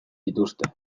dituzte